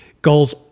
Goals